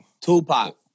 Tupac